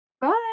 Bye